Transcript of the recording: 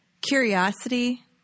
Curiosity